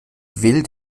will